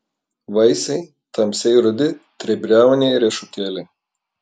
vaisiai tamsiai rudi tribriauniai riešutėliai